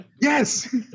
Yes